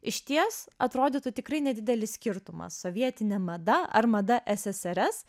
išties atrodytų tikrai nedidelis skirtumas sovietinė mada ar mada ssrs